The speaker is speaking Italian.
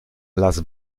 las